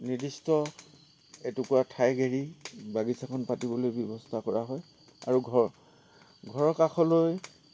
নিৰ্দিষ্ট এটুকুৰা ঠাইক এৰি বাগিচাখন পাতিবলৈ ব্যৱস্থা কৰা হয় আৰু ঘৰ ঘৰৰ কাষলৈ